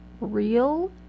real